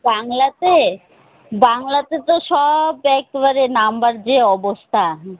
বাংলাতে বাংলাতে তো সব একবারে নাম্বার যে অবস্থা হুম